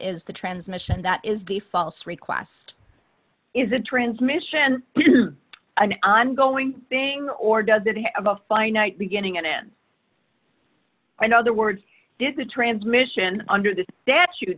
is the transmission that is the false request is the transmission an ongoing thing or does it have a finite beginning and in another words did the transmission under the statute